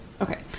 Okay